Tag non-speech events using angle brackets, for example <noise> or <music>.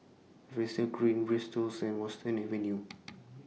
<unintelligible> Green Vristols and Western Avenue <noise>